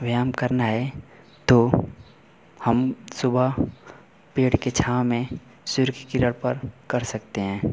व्यायाम करना है तो हम सुबह पेड़ के छाँव में सूर्य की किरण पर कर सकते हैं